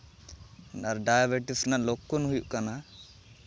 ᱟᱨ diabetes ᱨᱮᱭᱟᱜᱞᱚᱠᱠᱷᱚᱱ ᱦᱩᱭᱩᱜ ᱠᱟᱱᱟ